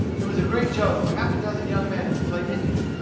it was a great joke for half a dozen young men to play indian.